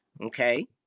okay